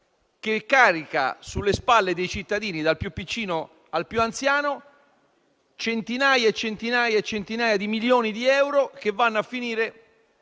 che carica sulle spalle dei cittadini - dal più piccino al più anziano - centinaia e centinaia di milioni di euro per finanziare